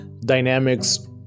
dynamics